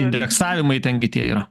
indeksavimai ten gi tie yra